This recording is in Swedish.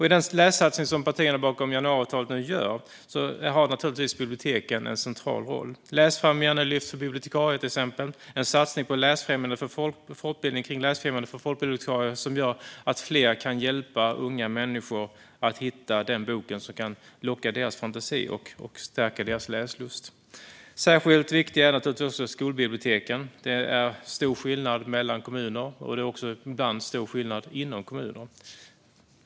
I den lässatsning som partierna bakom januariavtalet gör har naturligtvis biblioteken en central roll. Till exempel finns ett läsfrämjandelyft för bibliotekarier. Vidare finns det en satsning på läsfrämjande och folkbildning om läsfrämjande för folkbibliotekarier som gör att fler kan hjälpa unga människor att hitta den bok som kan locka deras fantasi och stärka deras läslust. Särskilt viktiga är naturligtvis skolbiblioteken. Det är stor skillnad mellan kommuner, och det är ibland stor skillnad inom kommuner.